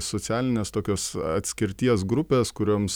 socialinės tokios atskirties grupės kurioms